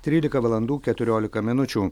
trylika valandų keturiolika minučių